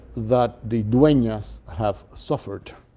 that the duenas have suffered.